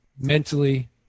mentally